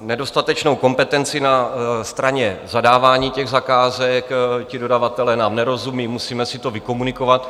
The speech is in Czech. nedostatečnou kompetenci na straně zadávání zakázek, dodavatelé nám nerozumí, musíme si to vykomunikovat.